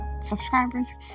subscribers